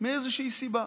מאיזושהי סיבה